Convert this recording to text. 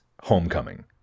homecoming